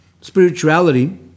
spirituality